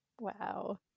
Wow